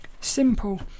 Simple